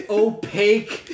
opaque